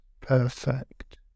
perfect